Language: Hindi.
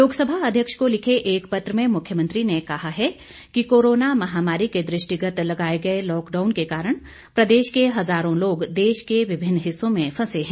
लोकसभा अध्यक्ष को लिखे एक पत्र में मुख्यमंत्री ने कहा है कि कोरोना महामारी के दृष्टिगत लगाएं गए लॉकडाउन के कारण प्रदेश के हजारों लोग देश के विभिन्न हिस्सों में फंसे हैं